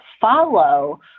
follow